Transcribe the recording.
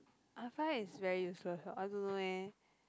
I find that it's very useless ah I don't know leh